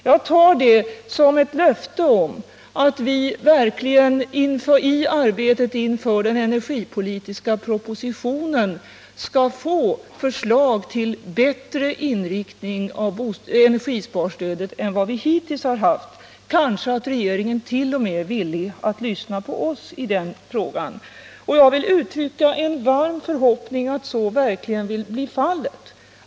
Jag tar det som ett löfte om att vi verkligen i arbetet inför den energipolitiska propositionen skall få förslag till en bättre inriktning av energisparstödet än vad vi hittills har haft. Kanske är regeringen t.o.m. villig att lyssna på oss i den frågan. Jag vill uttrycka en varm förhoppning om att så verkligen är fallet.